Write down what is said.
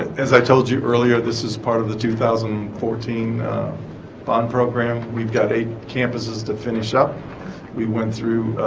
as i told you earlier this is part of the two thousand and fourteen bond program we've got eight campuses to finish up we went through